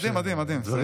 מדהים, מדהים, מדהים.